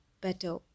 better